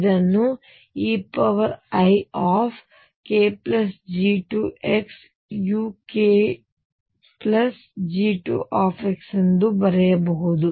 ನಾನು ಇದನ್ನು eikG2xukG2 ಎಂದು ಬರೆಯಬಹುದು